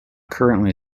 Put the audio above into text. currently